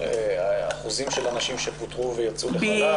זה אחוז הנשים שפוטרו ויצאו לחל"ת,